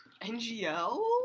NGL